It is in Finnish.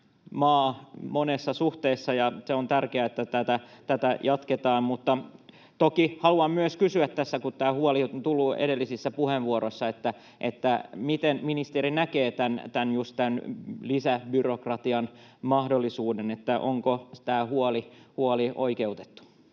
monessa suhteessa, ja se on tärkeää, että tätä jatketaan. Toki haluan myös kysyä tässä, kun tämä huoli on nyt tullut edellisissä puheenvuoroissa: Miten ministeri näkee just tämän lisäbyrokratian mahdollisuuden? Onko tämä huoli oikeutettu?